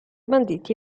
banditi